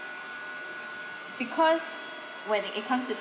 because when it it comes to